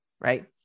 right